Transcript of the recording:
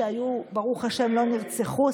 שברוך השם לא נרצחו,